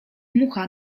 mucha